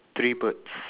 three birds